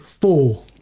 four